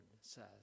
says